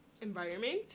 environment